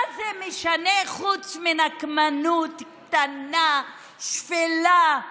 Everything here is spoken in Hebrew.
מה זה משנה חוץ מנקמנות קטנה, שפלה?